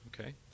Okay